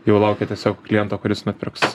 jau laukia tiesiog kliento kuris nupirks